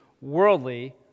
worldly